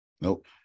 Nope